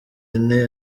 ine